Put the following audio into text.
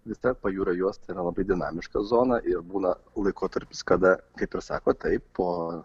visa pajūrio juosta yra labai dinamiška zona ir būna laikotarpis kada kaip ir sakot taip po